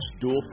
dual